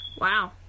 Wow